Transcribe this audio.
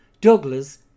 Douglas